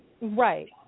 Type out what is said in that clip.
right